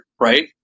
right